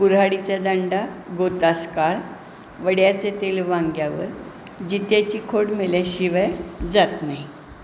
कुऱ्हाडीचा दांडा गोतास काळ वड्याचे तेल वांग्यावर जित्याची खोड मेल्या शिवाय जात नाही